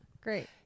great